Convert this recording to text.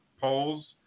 polls